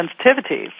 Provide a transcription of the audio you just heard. sensitivities